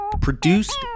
produced